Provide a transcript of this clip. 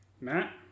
Matt